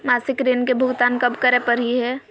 मासिक ऋण के भुगतान कब करै परही हे?